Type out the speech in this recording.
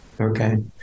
Okay